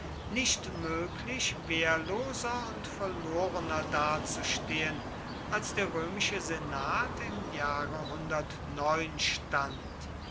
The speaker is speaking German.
nicht möglich wehrloser und verlorener dazustehen als der römische senat im jahre stand